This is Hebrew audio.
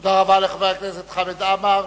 תודה רבה לחבר הכנסת חמד עמאר.